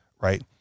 Right